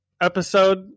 episode